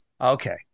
okay